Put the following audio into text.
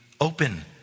open